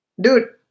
Dude